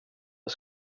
jag